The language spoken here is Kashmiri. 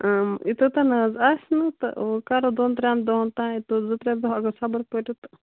یوٗتاہ تہِ نَہ حظ آسہٕ نہٕ تہٕ وۅنۍ کَرو دۄن ترٛین دۄہن تانۍ تہٕ زٕ ترٛےٚ دۄہ اگر صبر کٔرِو تہٕ